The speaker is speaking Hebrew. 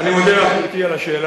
אני מודה לך על השאלה.